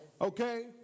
Okay